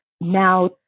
now